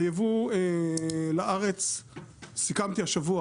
היבוא לארץ סיכמתי השבוע